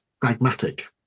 pragmatic